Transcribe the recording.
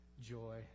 joy